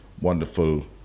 wonderful